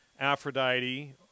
Aphrodite